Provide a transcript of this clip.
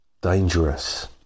dangerous